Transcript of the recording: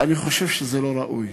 אני חושב שזה לא ראוי.